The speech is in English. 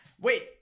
Wait